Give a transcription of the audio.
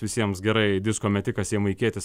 visiems gerai disko metikas jamaikietis